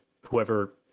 whoever